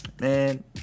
man